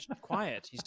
Quiet